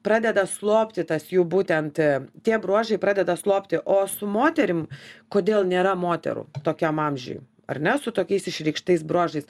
pradeda slopti tas jų būtent tie bruožai pradeda slopti o su moterim kodėl nėra moterų tokiam amžiuj ar ne su tokiais išreikštais bruožais